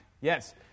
Yes